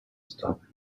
stop